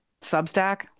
Substack